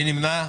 מי נמנע?